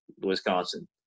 Wisconsin